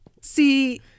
See